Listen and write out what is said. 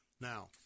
Now